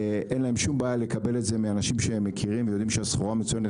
אין להם שום בעיה לקבל את זה מאנשים שהם מכירים ויודעים שהסחורה מצוינת.